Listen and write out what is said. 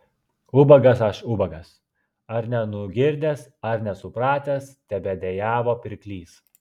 ubagas aš ubagas ar nenugirdęs ar nesupratęs tebedejavo pirklys